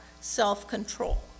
self-control